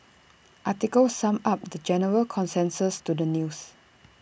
article summed up the general consensus to the news